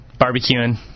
barbecuing